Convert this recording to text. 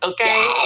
Okay